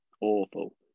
awful